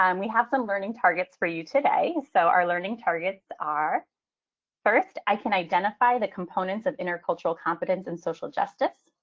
um we have some learning targets for you today. so are learning targets are first. i can identify the components of intercultural competence and social justice.